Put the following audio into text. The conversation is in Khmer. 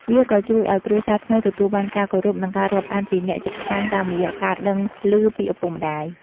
វាក៏ជួយឱ្យគ្រួសារថ្មីទទួលបានការគោរព និងការរាប់អានពីអ្នកជិតខាងតាមរយៈការដឹងឮពីឪពុកម្ដាយ។